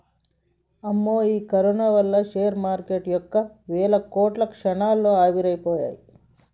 అమ్మో ఈ కరోనా వల్ల షేర్ మార్కెటు యొక్క వేల కోట్లు క్షణాల్లో ఆవిరైపోయాయి